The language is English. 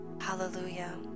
Hallelujah